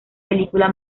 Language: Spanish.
película